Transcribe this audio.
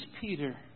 Peter